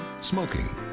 Smoking